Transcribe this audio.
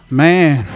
man